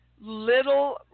little